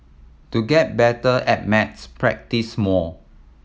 to get better at maths practise more